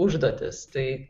užduotys tai